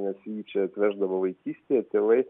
nes jį čia atveždavo vaikystėje tėvai